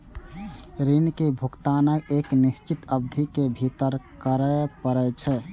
ऋण के भुगतान एक निश्चित अवधि के भीतर करय पड़ै छै